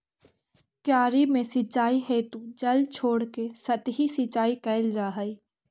क्यारी में सिंचाई हेतु जल छोड़के सतही सिंचाई कैल जा हइ